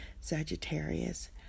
Sagittarius